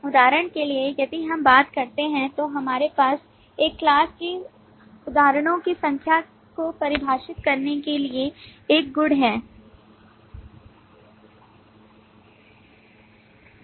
उदाहरण के लिए यदि हम बात करते हैं तो हमारे पास एक class के उदाहरणों की संख्या को परिभाषित करने के लिए एक गुण है जिसे हमने बनाया है